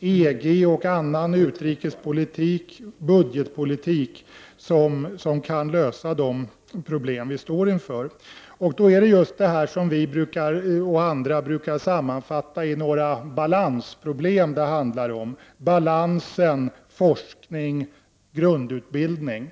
EG och annan utrikespolitik samt budgetpolitik som kan lösa de problem vi står inför. Då handlar det om det som vi och några andra brukar sammanfatta som balansproblem, problem i balansen forskning-grundutbildning.